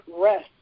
rest